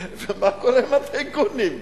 ומה קורה עם הטייקונים?